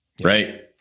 right